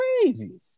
crazy